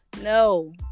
no